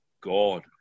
God